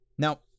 Now